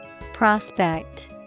Prospect